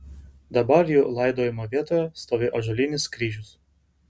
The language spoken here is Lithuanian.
dabar jų laidojimo vietoje stovi ąžuolinis kryžius